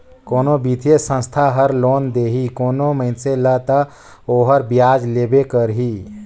कोनो बित्तीय संस्था हर लोन देही कोनो मइनसे ल ता ओहर बियाज लेबे करही